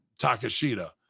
Takashita